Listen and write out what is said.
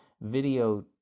video